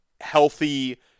healthy